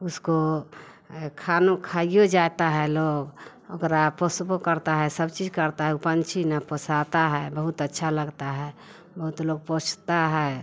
उसको खानों खाईए जाता है लोग ओकरा पोछ्बो करता है सब चीज करता है वो पंछी ना फसाता है बहुत अच्छा लगता है बहुत लोग पोछता है